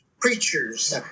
preachers